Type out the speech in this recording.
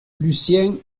lucien